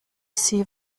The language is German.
sie